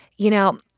you know,